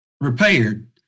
repaired